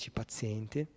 paziente